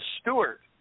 Stewart